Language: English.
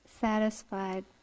satisfied